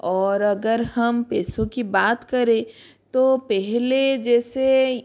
और अगर हम पैसों की बात करें तो पहले जैसे